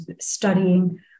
studying